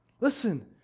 Listen